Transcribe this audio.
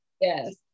Yes